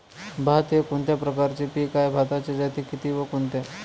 भात हे कोणत्या प्रकारचे पीक आहे? भाताच्या जाती किती व कोणत्या?